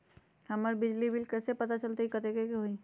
हमर बिजली के बिल कैसे पता चलतै की कतेइक के होई?